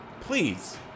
please